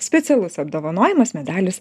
specialus apdovanojimas medalis